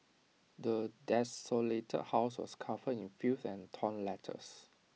the desolated house was covered in filth and torn letters